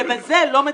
ובזה לא מטפלים.